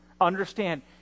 understand